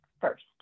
first